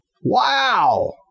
Wow